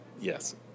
Yes